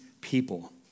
people